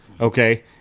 Okay